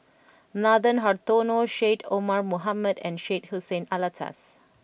Nathan Hartono Syed Omar Mohamed and Syed Hussein Alatas